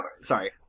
Sorry